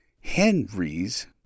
Henry's